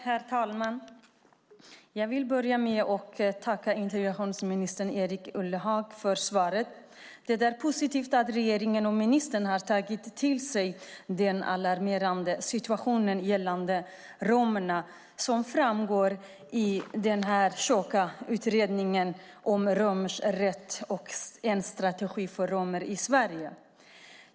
Herr talman! Jag vill börja med att tacka integrationsminister Erik Ullenhag för svaret. Det är positivt att regeringen och ministern har tagit till sig romernas alarmerande situation, som framgår av det tjocka betänkandet Romers rätt - en strategi för romer i Sverige .